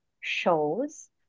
shows